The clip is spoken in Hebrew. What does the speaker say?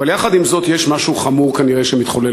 אבל יחד עם זאת, יש משהו חמור כנראה שמתחולל